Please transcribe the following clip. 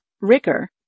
Ricker